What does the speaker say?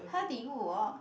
how did you walk